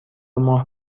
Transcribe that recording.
ماه